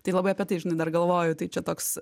tai labai apie tai žinai dar galvoju tai čia toks